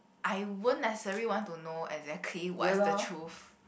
I won't necessarily want to know exactly what is the truth